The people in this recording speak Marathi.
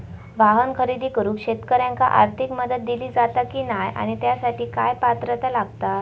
वाहन खरेदी करूक शेतकऱ्यांका आर्थिक मदत दिली जाता की नाय आणि त्यासाठी काय पात्रता लागता?